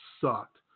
sucked